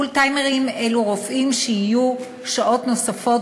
פול-טיימרים אלו רופאים שיהיו שעות נוספות